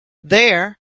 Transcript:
there